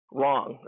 wrong